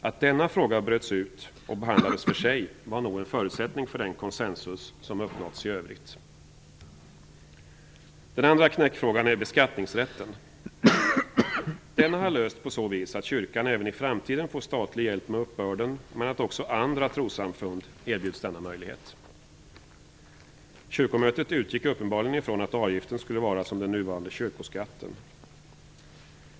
Att denna fråga bröts ut och behandlades för sig var nog en förutsättning för den konsensus som uppnåtts i övrigt. Den andra knäckfrågan är den om beskattningsrätten. Denna har lösts på så vis att kyrkan även i framtiden får statlig hjälp med uppbörden, men att också andra trossamfund erbjuds denna möjlighet. Kyrkomötet utgick uppenbarligen ifrån att avgiften skulle fungera som den nuvarande kyrkoskatten.